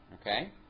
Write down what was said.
Okay